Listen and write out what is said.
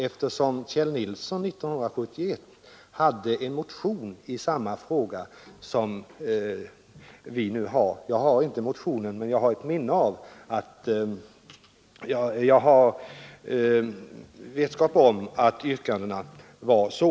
1971 hade ju herr Nilsson en motion i samma fråga som vi nu har motionerat om. Jag har inte hans motion här, men jag har vetskap om att yrkandena är likartade.